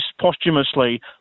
posthumously